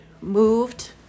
moved